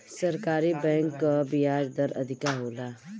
सरकारी बैंक कअ बियाज दर अधिका होला